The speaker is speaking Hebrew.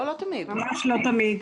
ממש לא תמיד.